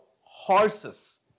horses